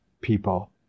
people